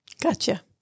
Gotcha